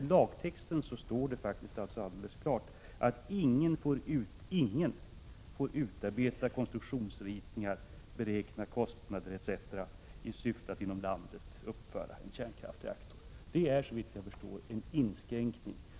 I lagtexten står det faktiskt alldeles klart att ingen får utarbeta konstruktionsritningar, beräkna kostnader etc. i syfte att inom landet uppföra en kärnkraftsreaktor. Det är såvitt jag förstår en inskränkning.